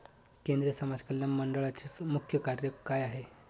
केंद्रिय समाज कल्याण मंडळाचे मुख्य कार्य काय आहे?